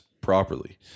properly